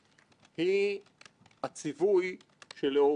אני אומר זאת מכל הלב.